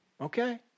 okay